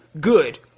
good